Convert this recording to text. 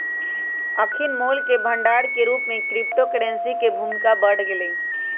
अखनि मोल के भंडार के रूप में क्रिप्टो करेंसी के भूमिका बढ़ गेलइ